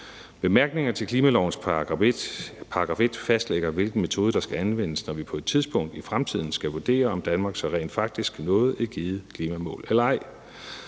Bemærkningerne til klimalovens § 1 fastlægger, hvilken metode der skal anvendes, når vi på et tidspunkt i fremtiden skal vurdere, om Danmark så rent faktisk nåede et givet klimamål eller ej.